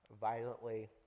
violently